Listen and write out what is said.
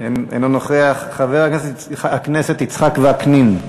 אינו נוכח, חבר הכנסת יצחק וקנין,